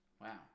Wow